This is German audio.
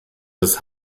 das